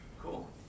Cool